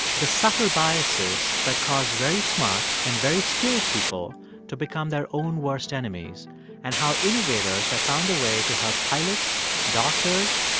the subtle biases that cause very smart and very skilled people to become their own worst enemies and how innovators have found a way to help pilots, doctors,